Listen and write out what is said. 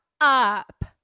up